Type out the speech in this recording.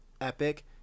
epic